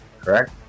correct